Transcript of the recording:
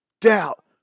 Doubt